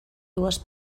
dues